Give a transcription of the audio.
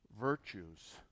virtues